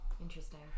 Interesting